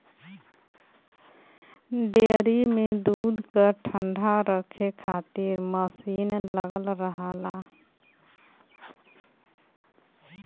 dairy में दूध क ठण्डा रखे खातिर मसीन लगल रहला